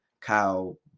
Kyle